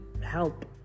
help